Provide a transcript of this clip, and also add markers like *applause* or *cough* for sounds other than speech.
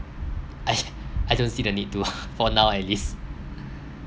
I *laughs* I don't see the need to *laughs* for now at least